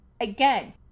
Again